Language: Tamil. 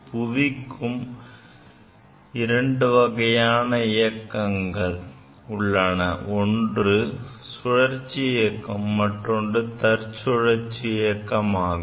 பூமிக்கு இரண்டு வகையான இயக்கங்கள் உள்ளன அதில் ஒன்று சுழற்சி இயக்கம் மற்றொன்று தற்சுழற்சி இயக்கம் ஆகும்